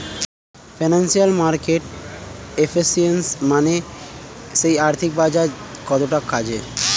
financial মার্কেটের efficiency মানে সেই আর্থিক বাজার কতটা কাজের